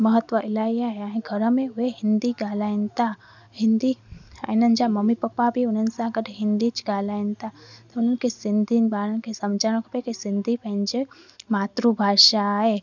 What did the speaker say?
महत्व इलाही आहे ऐं घर में बि हिंदी ॻाल्हाइनि था हिंदी हिननि जा ममी पप्पा बि उन्हनि सां गॾु हिंदीच ॻाल्हाइनि था उन्हनि खे सिंधी ॿारनि खे समुझणु खपे त सिंधी पंहिंजी मातृभाषा आहे